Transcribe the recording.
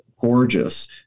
gorgeous